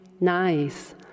nice